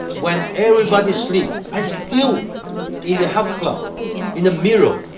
when everybody sleep, i still in the health club in the mirror.